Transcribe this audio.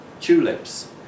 tulips